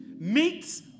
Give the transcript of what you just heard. meets